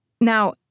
Now